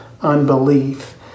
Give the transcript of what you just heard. unbelief